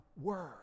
word